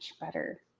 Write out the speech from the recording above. better